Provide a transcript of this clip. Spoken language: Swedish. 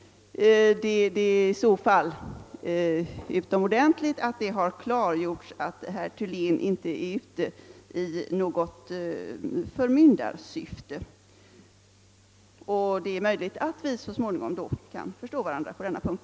Det är i så fall utomordent ligt bra att det har klargjorts att herr Thylén inte är ute i något förmyndarsyfte, och det är möjligt att vi så småningom kan förstå varandra på denna punkt.